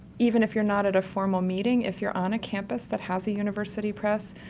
even if you're not at a formal meeting, if you're on a campus that has a university press,